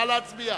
נא להצביע.